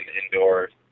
indoors